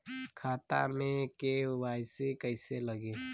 खाता में के.वाइ.सी कइसे लगी?